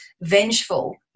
vengeful